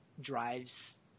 drives